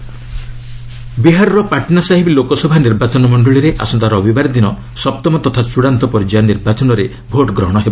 Patna Sahib profiled ବିହାରର ପାଟ୍ନା ସାହିବ ଲୋକସଭା ନିର୍ବାଚନ ମଣ୍ଡଳୀରେ ଆସନ୍ତା ରବିବାର ଦିନ ସପ୍ତମ ତଥା ଚୂଡ଼ାନ୍ତ ପର୍ଯ୍ୟାୟ ନିର୍ବାଚନରେ ଭୋଟ୍ ଗ୍ରହଣ ହେବ